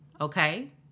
okay